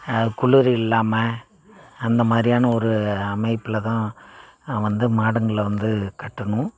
குளுர் இல்லாமல் அந்த மாதிரியான ஒரு அமைப்பில் தான் வந்து மாடுங்களை வந்து கட்டணும்